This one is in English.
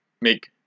make